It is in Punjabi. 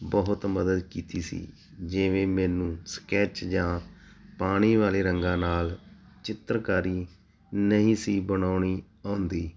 ਬਹੁਤ ਮੱਦਦ ਕੀਤੀ ਸੀ ਜਿਵੇਂ ਮੈਨੂੰ ਸਕੈਚ ਜਾਂ ਪਾਣੀ ਵਾਲੇ ਰੰਗਾਂ ਨਾਲ ਚਿੱਤਰਕਾਰੀ ਨਹੀਂ ਸੀ ਬਣਾਉਣੀ ਆਉਂਦੀ